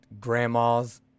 Grandmas